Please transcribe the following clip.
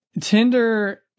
Tinder